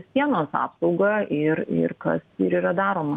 sienos apsaugą ir ir kas ir yra daroma